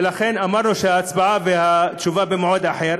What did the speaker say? ולכן אמרנו שהתשובה וההצבעה, במועד אחר.